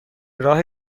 راه